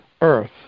earth